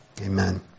Amen